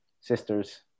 sisters